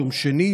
יום שני,